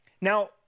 Now